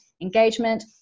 engagement